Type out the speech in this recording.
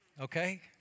okay